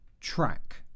track